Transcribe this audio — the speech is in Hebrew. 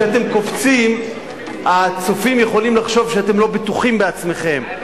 כשאתם קופצים הצופים יכולים לחשוב שאתם לא בטוחים בעצמכם,